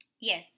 Yes